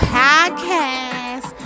podcast